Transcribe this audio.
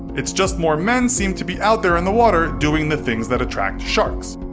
it's just more men seem to be out there in the water doing the things that attract sharks.